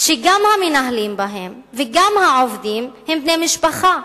שגם המנהלים בהם וגם העובדים הם בני משפחה,